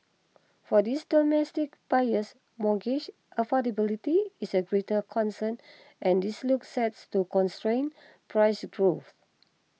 for these domestic buyers mortgage affordability is a greater concern and this looks set to constrain price growth